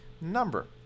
number